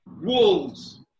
Wolves